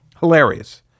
Hilarious